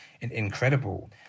incredible